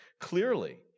clearly